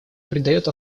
придает